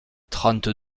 trente